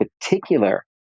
particular